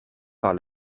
par